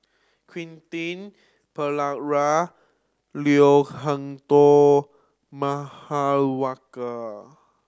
Quentin Pereira Leo Hee Tong